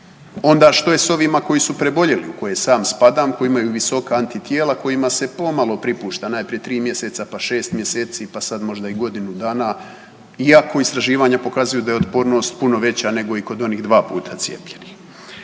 Onda što je s ovima koji su preboljeli u koje sam spadam koji imaju visoka antitijela kojima se pomalo pripušta najprije tri mjeseca, pa šest mjeseci, pa sad možda i godinu dana, iako istraživanja pokazuju da je otpornost puno veća nego i kod onih dva puta cijepljenih?